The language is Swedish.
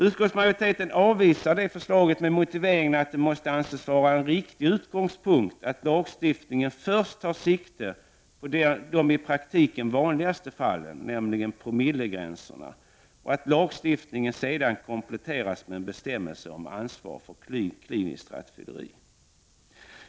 Utskottsmajoriteten avvisar det förslaget med motiveringen att det måste anses vara en riktig utgångspunkt att lagstiftningen först tar sikte på de i praktiken vanligaste fallen, nämligen bestämmelserna om promillegränserna, och att lagstiftningen kompletteras med en bestämmelse om ansvar vid kliniskt rattfylleri.